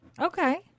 Okay